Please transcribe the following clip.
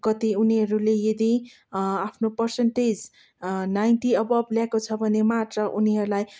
कति उनीहरूले यदि आफ्नो पर्सन्टेज नाइन्टी एबभ ल्याएको छ भने मात्र उनीहरूलाई